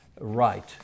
right